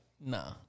Nah